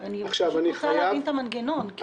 רציתי להבין את המנגנון.